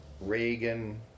Reagan